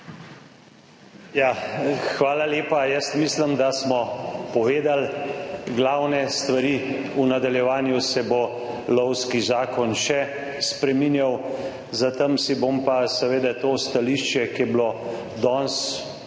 hvala lepa. Mislim, da smo povedali glavne stvari. V nadaljevanju se bo lovski zakon še spreminjal, za tem si bom pa seveda to stališče, ki je bilo danes